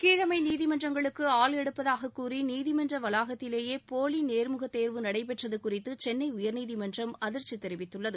கீழமை நீதிமன்றங்களுக்கு ஆள் எடுப்பதாக கூறி நீதிமன்ற வளாகத்திலேயே போலி நேர்முகத் தேர்வு நடைபெற்றது குறித்து சென்னை உயர்நீதிமன்றம் அதிர்ச்சி தெரிவித்துள்ளது